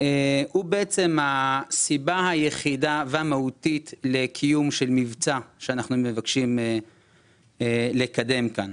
הוא בעצם הסיבה היחידה והמהותית לקיום של מבצע שאנחנו מבקשים לקדם כאן.